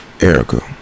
Erica